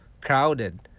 crowded